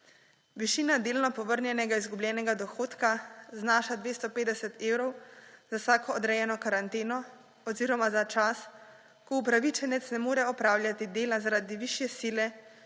Višina delno povrnjenega izgubljenega dohodka znaša 250 evrov za vsako odrejeno karanteno oziroma za čas, ko upravičenec ne more opravljati dela zaradi višje sile,